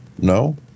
No